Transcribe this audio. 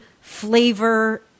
flavor